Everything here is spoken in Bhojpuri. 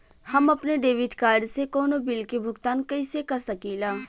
हम अपने डेबिट कार्ड से कउनो बिल के भुगतान कइसे कर सकीला?